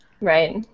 Right